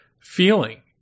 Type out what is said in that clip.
feeling